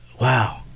wow